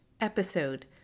episode